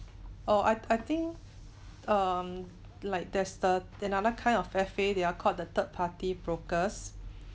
oh I I think um like there's the another kind of F_A they are called the third party brokers